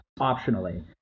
optionally